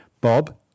Bob